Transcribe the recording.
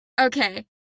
okay